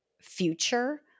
future